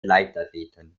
leichtathleten